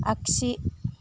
आगसि